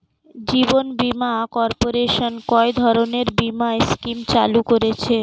জীবন বীমা কর্পোরেশন কয় ধরনের বীমা স্কিম চালু করেছে?